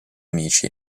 amici